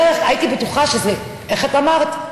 בדרך הייתי בטוחה שזה, איך את אמרת?